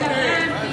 היא בלבן.